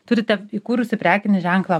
turite įkūrusi prekinį ženklą